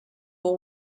will